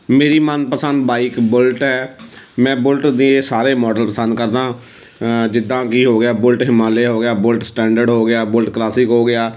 ਮੇਰੀ ਮਨਪਸੰਦ bike Bullet ਹੈ ਮੈਂ ਬੁਲਟ ਦੇ ਸਾਰੇ ਮੋਡਲ ਪਸੰਦ ਕਰਦਾਂ ਜਿੱਦਾਂ ਕਿ ਹੋ ਗਿਆ ਬੁਲਟ ਹਿਮਾਲਿਆ ਹੋ ਗਿਆ ਬੁਲਟ ਸਟੈਂਡਰਡ ਹੋ ਗਿਆ ਬੁਲਟ ਕਲਾਸਿਕ ਹੋ ਗਿਆ